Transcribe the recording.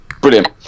brilliant